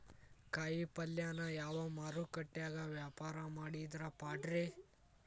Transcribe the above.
ಕಾಯಿಪಲ್ಯನ ಯಾವ ಮಾರುಕಟ್ಯಾಗ ವ್ಯಾಪಾರ ಮಾಡಿದ್ರ ಪಾಡ್ರೇ?